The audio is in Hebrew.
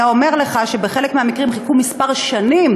היה אומר לך שבחלק מהמקרים חיכו כמה שנים.